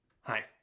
Hi